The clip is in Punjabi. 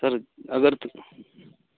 ਸਰ ਅਗਰ